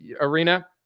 arena